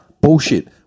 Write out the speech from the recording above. Bullshit